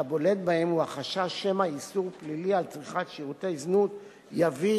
שהבולט בהם הוא החשש שמא איסור פלילי על צריכת שירותי זנות יביא